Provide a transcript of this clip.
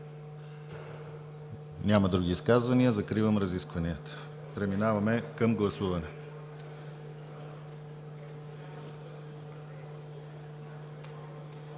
Няма други изказвания. Закривам разискванията. Преминаваме към гласуване.